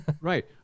right